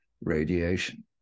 radiation